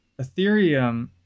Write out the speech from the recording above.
Ethereum